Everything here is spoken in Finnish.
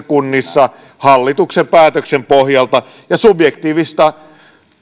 kunnissa hallituksen päätöksen pohjalta ja subjektiivista